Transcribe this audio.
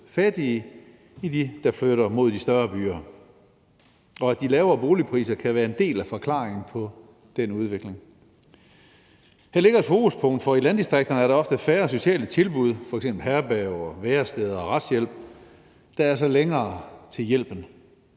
end dem, der flytter mod de større byer, og at de lavere boligpriser kan være en del af forklaringen på den udvikling. Her ligger et fokuspunkt, for i landdistrikterne er der også færre sociale tilbud i form af f.eks. herberger, væresteder og retshjælp; der er altså længere til hjælpen.